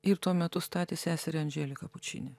ir tuo metu statė seserį andželiką pučini